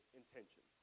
intention